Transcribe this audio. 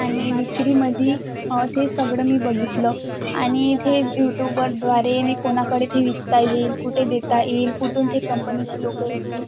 आणि विक्रीमध्ये ते सगळं मी बघितलं आणि ते यूटूबवर द्वारे मी कोणाकडे ते विकता येईल कुठे देता येईल कुठून ते कंपनीचे लोकं येतील